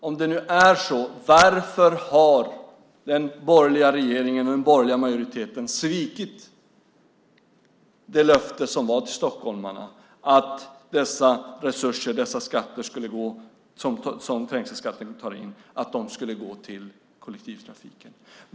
Om det är så, varför har den borgerliga regeringen och den borgerliga majoriteten svikit det löfte som gavs till stockholmarna att det som trängselskatten tar in ska gå till kollektivtrafiken?